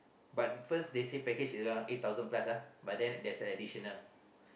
but first they say package is around eight thousand plus ah but then there's a additional